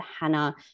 Hannah